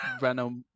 Renault